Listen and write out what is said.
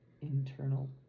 internal